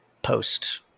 post